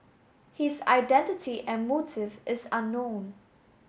his identity and motive is unknown